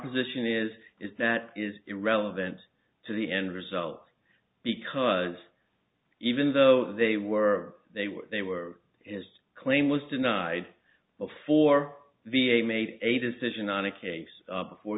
position is is that is irrelevant to the end result because even though they were they were they were his claim was denied before v a made a decision on a case